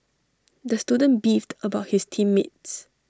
the student beefed about his team mates